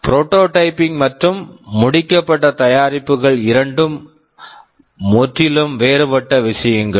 prototyping prototyping மற்றும் முடிக்கப்பட்ட தயாரிப்புகள் இரண்டும் முற்றிலும் வேறுபட்ட விஷயங்கள்